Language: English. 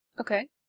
Okay